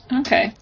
Okay